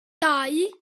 dau